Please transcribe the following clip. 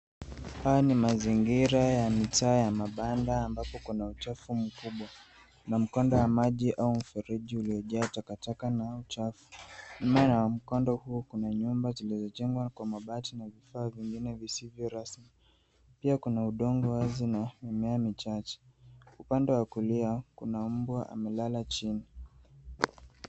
Haya ni mazingira ya mitaa ya mabanda ambapo kuna uchafu mkubwa. Na mkondo ya maji au mfereji uliojaa takataka au uchafu. Nyuma ya mkondo huo kuna nyumba zilizojengwa kwa mabati na vifaa vingine visivyo rasmi. Pia kuna udongo wazi na mimea michache. Upande wa kulia kuna mbwa amelala chini.